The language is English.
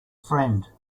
friend